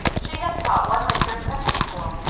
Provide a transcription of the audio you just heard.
she has taught one winter of country school,